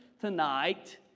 tonight